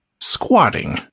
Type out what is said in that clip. squatting